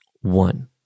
One